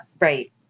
right